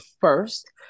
first